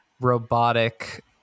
robotic